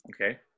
Okay